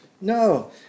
no